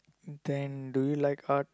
then do you like art